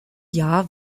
jahr